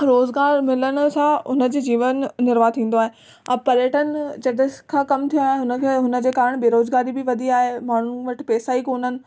रोज़गार मिलण सां उन जे जीवन निर्वाह थींदो आहे पर्यटन जॾहिं खां कम थियो आए हुनखे हुन जे कारण बेरोज़गारी बि वधी आहे माण्हू वटि पैसा ई कोन आहिनि